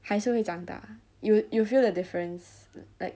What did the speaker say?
还是会长大 you you feel the difference like